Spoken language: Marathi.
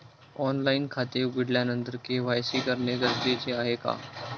ऑनलाईन खाते उघडल्यानंतर के.वाय.सी करणे गरजेचे आहे का?